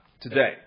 today